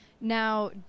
Now